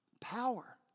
power